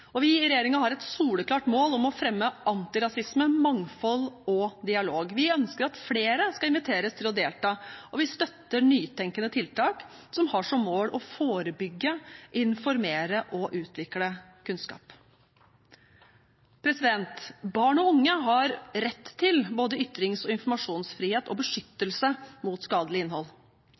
Vi i regjeringen har et soleklart mål om å fremme antirasisme, mangfold og dialog. Vi ønsker at flere skal inviteres til å delta, og vi støtter nytenkende tiltak som har som mål å forebygge, informere og utvikle kunnskap. Barn og unge har rett til både ytrings- og informasjonsfrihet og beskyttelse mot skadelig innhold.